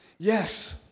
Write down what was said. Yes